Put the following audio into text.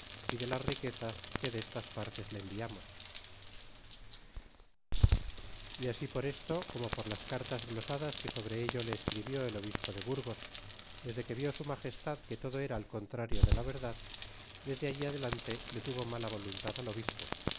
y de las riquezas que destas partes le enviamos y así por esto como por las cartas glosadas que sobre ello le escribió el obispo de burgos desque vió su magestad que todo era al contrario de la verdad desde alli adelante le tuvo mala voluntad al obispo